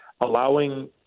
allowing